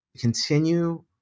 continue